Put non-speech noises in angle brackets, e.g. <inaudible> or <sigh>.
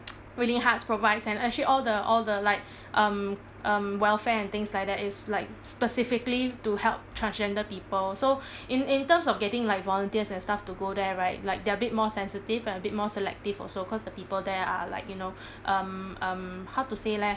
<noise> willing hearts provides and actually all the all the like welfare um um welfare and things like that is like specifically to help transgender people so in in terms of getting like volunteers and stuff to go there right like they're a bit more sensitive and a bit more selective also cause the people there are like you know um um how to say leh